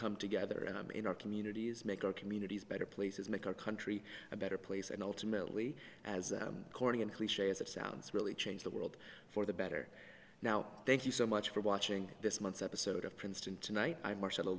come together and i'm in our communities make our communities better places make our country a better place and ultimately as corny and cliche as it sounds really change the world for the better now thank you so much for watching this month's episode of princeton tonight i'm marcella